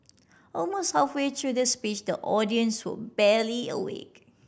almost halfway through the speech the audience were barely awake